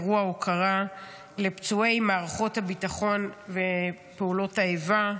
אירוע הוקרה לפצועי מערכות הביטחון ופעולות האיבה.